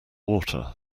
water